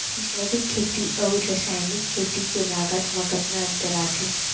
जैविक खेती अऊ रसायनिक खेती के लागत मा कतना अंतर आथे?